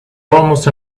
almost